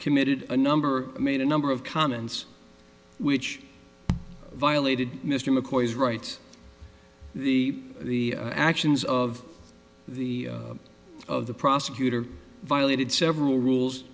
committed a number made a number of comments which violated mr mccoy's rights the the actions of the of the prosecutor violated several rules